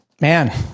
Man